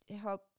help